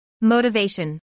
Motivation